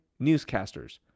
Newscasters